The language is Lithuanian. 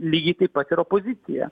lygiai taip pat ir opozicija